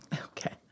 okay